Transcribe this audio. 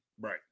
Right